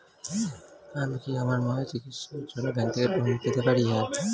আমি কি আমার মায়ের চিকিত্সায়ের জন্য ব্যঙ্ক থেকে লোন পেতে পারি?